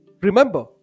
Remember